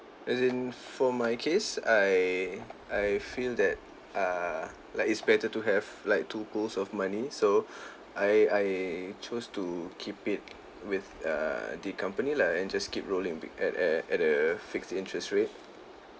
as in for my case I I feel that err like it's better to have like two pools of money so I I chose to keep it with err the company lah and just keep rolling be~ at a at a fixed interest rate